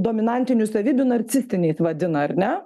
dominantinių savybių narcistiniais vadina ar ne